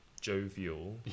jovial